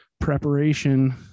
preparation